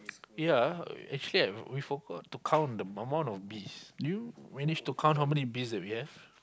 yea actually we forgot to count the amount of beast did you manage to count how many beast we have